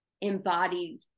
embodied